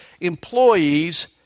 employees